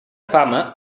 fama